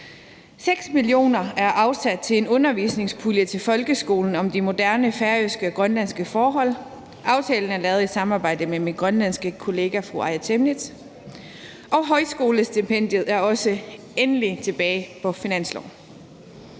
6 mio. kr. er afsat til en undervisningspulje til folkeskolen om de moderne færøske og grønlandske forhold – aftalen er lavet i samarbejde med min grønlandske kollega fru Aaja Chemnitz; og højskolestipendiet er også endelig tilbage på finansloven.